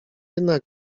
jednak